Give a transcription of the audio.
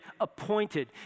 appointed